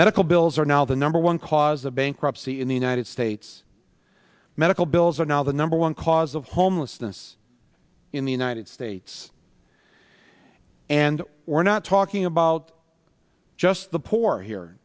medical bills are now the number one cause of bankruptcy in the united states medical bills are now the number one cause of homelessness in the united states and we're not talking about just the poor here